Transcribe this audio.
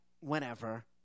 whenever